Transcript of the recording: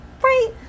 right